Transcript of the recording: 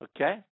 Okay